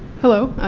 hello.